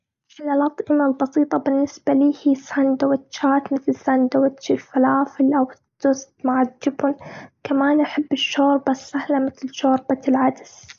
أحلى الأطعمة البسيطه بالنسبه لي، هي ساندوتشات مثل ساندوتش الفلافل أو التوست مع الجبن. كمان أحب الشوربة السهله مثل شوربة العدس.